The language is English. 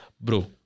bro